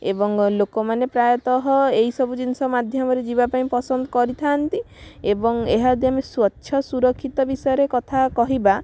ଏବଂ ଲୋକମାନେ ପ୍ରାୟତଃ ଏଇ ସବୁ ଜିନିଷ ମାଧ୍ୟମରେ ଯିବା ପାଇଁ ପସନ୍ଦ କରିଥାନ୍ତି ଏବଂ ଏହା ଯଦି ଆମେ ସ୍ଵଚ୍ଛ ସୁରକ୍ଷିତ ବିଷୟରେ କଥା କହିବା